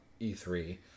E3